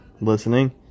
listening